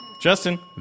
Justin